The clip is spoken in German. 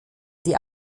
die